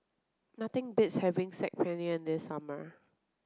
nothing beats having Saag Paneer in the summer